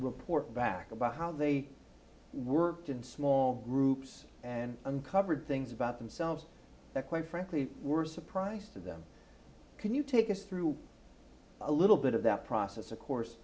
report back about how they worked in small groups and uncovered things about themselves that quite frankly were surprised to them can you take us through a little bit of that process of course